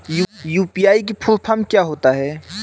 UPI की full form क्या है?